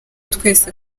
twese